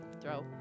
throw